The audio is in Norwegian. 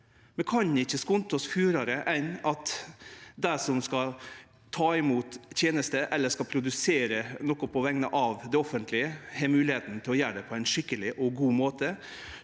Vi kan ikkje skunde oss fortare enn at dei som skal ta imot tenester eller produsere noko på vegne av det offentlege, har moglegheita til å gjere det på ein skikkeleg og god måte,